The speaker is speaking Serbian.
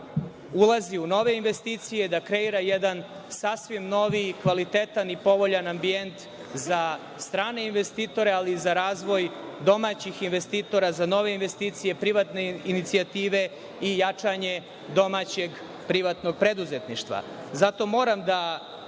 ulazi u nove investicije, da kreira jedan sasvim novi kvalitetan i povoljan ambijent za strane investitore, ali i za razvoj domaćih investitora, za nove investicije, privatne inicijative i jačanje domaćeg privatnog preduzetništva. Zato moram da